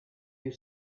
you